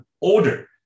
order